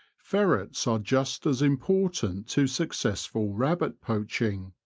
ferrets are just as important to successful rabbit poaching.